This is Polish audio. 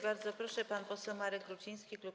Bardzo proszę, pan poseł Marek Ruciński, klub